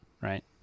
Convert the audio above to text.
right